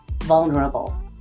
vulnerable